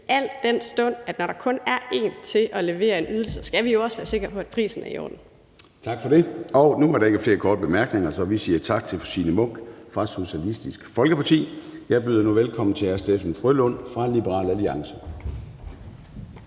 al den stund at når der kun er en til at levere en ydelse, skal vi jo også være sikker på, at prisen er i orden. Kl. 14:22 Formanden (Søren Gade): Tak for det. Nu, hvor der ikke er flere korte bemærkninger, siger vi tak til fru Signe Munk fra Socialistisk Folkeparti. Jeg byder nu velkommen til hr. Steffen W. Frølund fra Liberal Alliance.